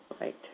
Right